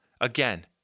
Again